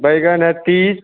बैंगन है तीस